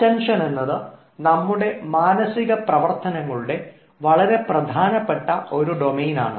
attention എന്നത് നമ്മുടെ മാനസിക പ്രവർത്തനങ്ങളുടെ വളരെ പ്രധാനപ്പെട്ട ഒരു ഡൊമൈനാണ്